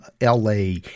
la